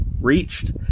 reached